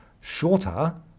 shorter